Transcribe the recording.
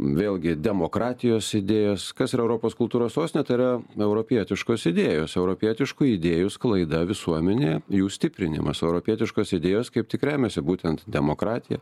vėlgi demokratijos idėjos kas yra europos kultūros sostinė tai yra europietiškos idėjos europietiškų idėjų sklaida visuomenėje jų stiprinimas europietiškos idėjos kaip tik remiasi būtent demokratija